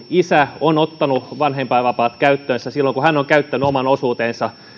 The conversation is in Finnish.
isä on ottanut vanhempainvapaat käyttöönsä että hän on käyttänyt oman osuutensa